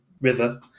River